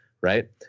right